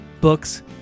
Books